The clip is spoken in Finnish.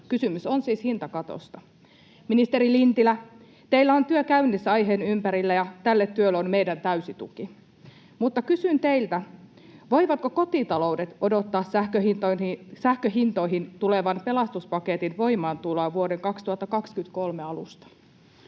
Kysymys on siis hintakatosta. Ministeri Lintilä, teillä on työ käynnissä aiheen ympärillä, ja tälle työlle on meidän täysi tuki, mutta kysyn teiltä: voivatko kotitaloudet odottaa sähkön hintoihin tulevan pelastuspaketin voimaantuloa vuoden 2023 alusta?